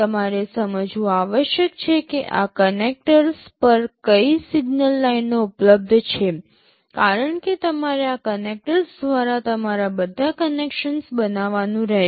તમારે સમજવું આવશ્યક છે કે આ કનેક્ટર્સ પર કઈ સિગ્નલ લાઇનો ઉપલબ્ધ છે કારણકે તમારે આ કનેક્ટર્સ દ્વારા તમારા બધા કનેક્શન્સ બનાવવાનું રહેશે